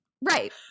Right